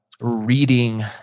reading